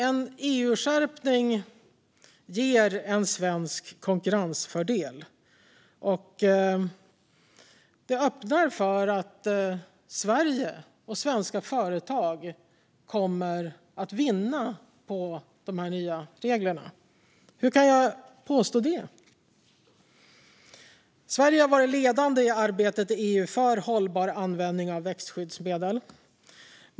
En EU-skärpning ger en svensk konkurrensfördel och öppnar en möjlighet för Sverige och svenska företag att vinna på de nya reglerna. Hur kan jag påstå det? Sverige har varit ledande i arbetet i EU för hållbar användning av växtskyddsmedel.